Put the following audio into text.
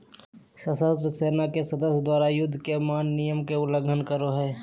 सशस्त्र सेना के सदस्य द्वारा, युद्ध के मान्य नियम के उल्लंघन करो हइ